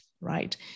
right